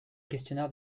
questionnaire